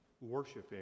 worshiping